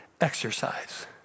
exercise